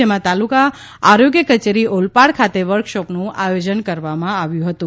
જેમાં તાલુકા આરોગ્ય કચેરી ઓલપાડ ખાતે વર્કશોપનું આયોજન કરવામાં આવ્યું હતું